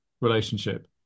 relationship